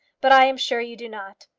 but i am sure you do not.